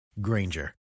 Granger